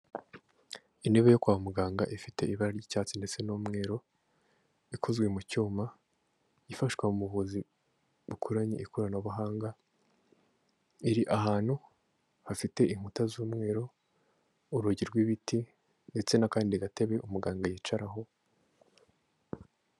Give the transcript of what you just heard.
Intebe yo kwa muganga ifite ibara ry'icyatsi ndetse n'umweru ikozwe mu cyuma ifashwa mu buvuzi bukoranye ikoranabuhanga, iri ahantu hafite inkuta z'umweru, urugi rw'ibiti ndetse n'akandi gatebe umuganga yicaraho.